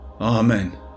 Amen